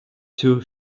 two